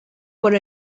por